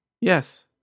Yes